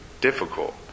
difficult